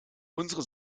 unsere